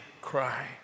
cry